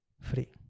free